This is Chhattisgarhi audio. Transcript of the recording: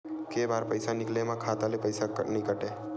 के बार पईसा निकले मा खाता ले पईसा नई काटे?